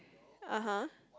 (uh huh)